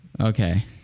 Okay